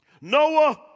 Noah